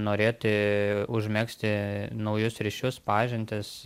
norėti užmegzti naujus ryšius pažintis